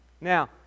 Now